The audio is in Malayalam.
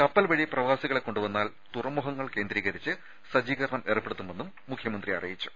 കപ്പൽ വഴി പ്രവാസികളെ കൊണ്ടുവന്നാൽ തുറുമുഖങ്ങൾ കേന്ദ്രീകരിച്ച് സജ്ജീകരണം ഏർപ്പെടുത്തുമെന്നും മുഖ്യമന്ത്രി അറിയിച്ചു